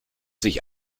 sich